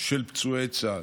של פצועי צה"ל,